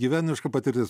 gyvenimiška patirtis